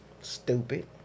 Stupid